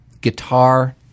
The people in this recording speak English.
guitar –